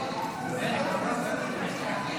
2024, נתקבל.